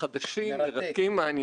כדי לעמוד בלוחות הזמנים.